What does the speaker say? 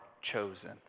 chosen